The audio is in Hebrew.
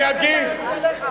אני אגיד.